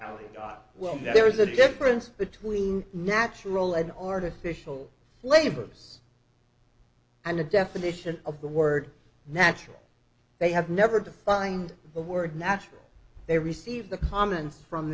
know there is a difference between natural an artificial labors and the definition of the word natural they have never defined the word natural they received the comments from